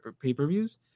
pay-per-views